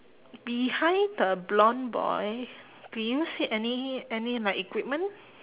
behind the blond boy do you see any e~ any like equipment